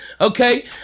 Okay